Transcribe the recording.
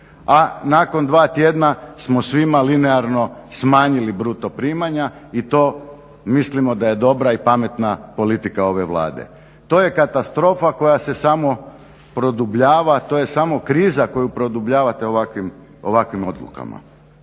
a nakon dva tjedna smo svima linearno smanjili bruto primanja i to mislimo da je dobra i pametna politika ove Vlade. To je katastrofa koja se samo produbljava, to je samo kriza koju produbljavate ovakvih odlukama.